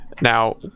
Now